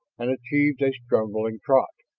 and achieved a stumbling trot.